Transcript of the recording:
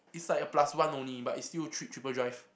it's like a plus one only but it's still a tri~ triple drive